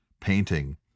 painting